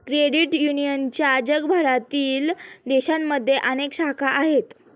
credit युनियनच्या जगभरातील देशांमध्ये अनेक शाखा आहेत